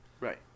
Right